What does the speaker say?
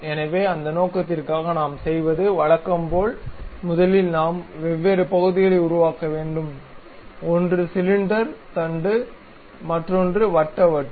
எனவே அந்த நோக்கத்திற்காக நாம் செய்வது வழக்கம் போல் முதலில் நாம் வெவ்வேறு பகுதிகளை உருவாக்க வேண்டும் ஒன்று சிலிண்டர் தண்டு மற்றொன்று வட்ட வட்டு